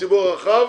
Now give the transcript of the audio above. לציבור הרחב,